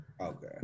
Okay